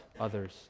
others